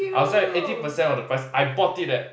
I will sell eighty percent of the price I bought it at